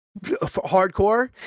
hardcore